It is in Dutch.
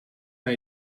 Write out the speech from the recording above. bij